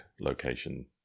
location